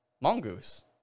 mongoose